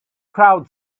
crowd